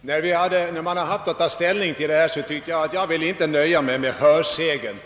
När det gällt att ta ställning i denna fråga har jag inte velat nöja mig med hörsägen